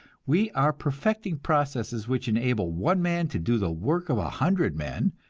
we are perfecting processes which enable one man to do the work of a hundred men,